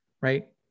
right